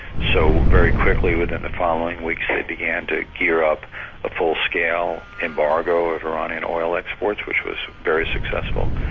so very quickly within the following weeks, they began to gear up a full-scale embargo of iranian oil exports, which was very successful.